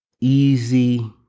easy